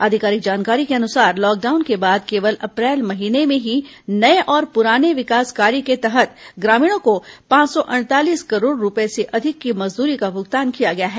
आधिकारिक जानकारी के अनुसार लॉकडाउन के बाद केवल अप्रैल महीने में ही नये और पुराने विकास कार्य के तहत ग्रामीणों को पांच सौ अड़तालीस करोड़ रूपये से अधिक की मजदूरी का भुगतान किया गया है